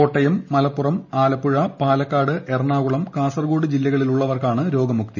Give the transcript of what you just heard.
കോട്ടയം മലപ്പുറം ആലപ്പുഴ പാലക്കാട് എറണാകുളം കാസർഗോഡ് ജില്ലകളിലുള്ളവർക്കാണ് രോഗമുക്തി